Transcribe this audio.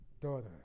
daughter